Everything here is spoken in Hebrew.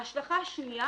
השלכה שנייה